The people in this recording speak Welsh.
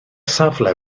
safle